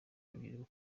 urubyiruko